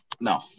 No